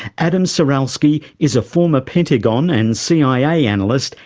adam ciralsky is a former pentagon and cia analyst,